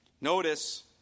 Notice